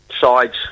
sides